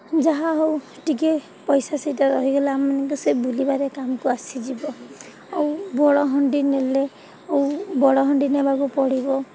ଯାହା ହଉ ଟିକିଏ ପଇସା ସେଇଟା ରହିଗଲା ଆମ ସେ ବୁଲିବାରେ କାମକୁ ଆସିଯିବ ଆଉ ବଡ଼ ହାଣ୍ଡି ନେଲେ ଆଉ ବଡ଼ ହାଣ୍ଡି ନେବାକୁ ପଡ଼ିବ